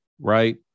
right